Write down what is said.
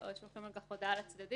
שולחים על כך הודעה לצדדים,